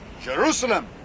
Jerusalem